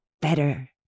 better